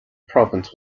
province